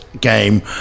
game